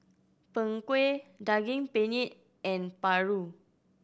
Png Kueh Daging Penyet and paru